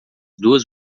duas